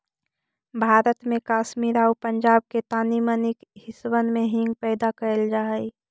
भारत में कश्मीर आउ पंजाब के तानी मनी हिस्सबन में हींग पैदा कयल जा हई